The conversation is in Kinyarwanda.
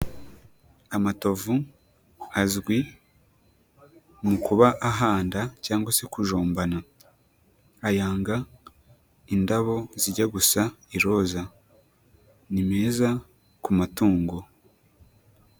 Amatovu azwi mu kuba ahada cyangwa se kujombana, ayanga indabo zijya gusa iroza, ni meza ku matungo.